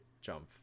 jump